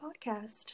podcast